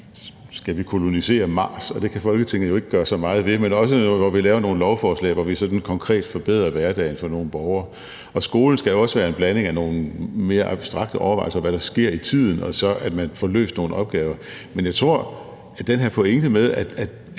skal kolonisere Mars – det kan Folketinget jo ikke gøre så meget ved – men vi har også nogle, hvor vi laver nogle lovforslag, hvor vi sådan konkret forbedrer hverdagen for nogle borgere. Og skolen skal også være en blanding af nogle mere abstrakte overvejelser om, hvad der sker i tiden, og så det, at man får løst nogle opgaver. Men jeg tror på den her pointe med, at